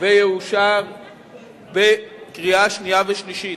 ויאושר בקריאה שנייה ושלישית.